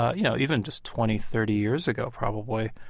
ah you know, even just twenty, thirty years ago probably.